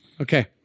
okay